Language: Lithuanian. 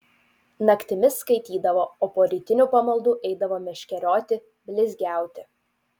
naktimis skaitydavo o po rytinių pamaldų eidavo meškerioti blizgiauti